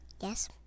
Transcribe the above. yes